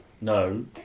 No